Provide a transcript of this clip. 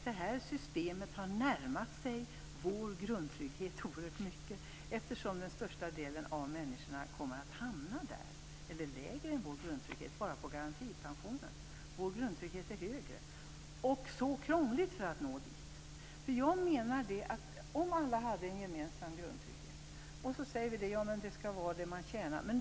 Det här systemet har närmat sig vårt förslag om grundtrygghet eftersom största delen av människor kommer att hamna där eller lägre än vår grundtrygghet på bara garantipensionen - vår grundtrygghet är högre. Det är så krångligt att nå dit. I stället för att alla har en gemensam grundtrygghet säger vi att man skall ha det man tjänat in.